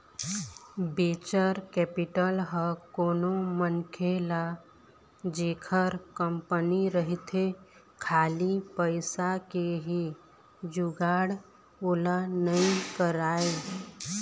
venture capital ह कोनो मनखे ल जेखर कंपनी रहिथे खाली पइसा के ही जुगाड़ ओला नइ कराय